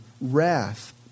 wrath